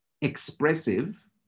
expressive